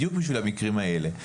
בדיוק בשביל המקרים האלה.